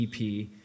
EP